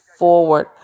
Forward